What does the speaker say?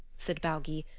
said baugi.